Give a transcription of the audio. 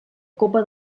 copa